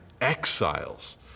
exiles